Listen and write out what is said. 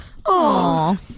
Aww